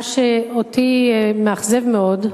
מה שאותי מאכזב מאוד,